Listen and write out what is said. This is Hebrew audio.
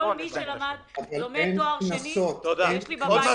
אנשים